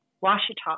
Washita